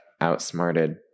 outsmarted